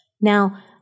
Now